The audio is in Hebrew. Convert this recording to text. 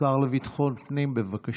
השר לביטחון הפנים, בבקשה.